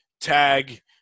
tag